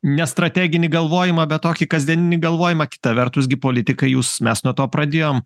nestrateginį galvojimą bet tokį kasdieninį galvojimą kita vertus gi politikai jūs mes nuo to pradėjom